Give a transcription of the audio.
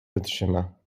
wytrzyma